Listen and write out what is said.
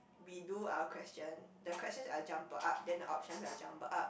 we do our question the questions are jumbled up then the options are jumbled up